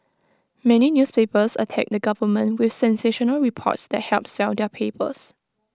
many newspapers attack the government with sensational reports that help sell their papers